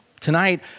Tonight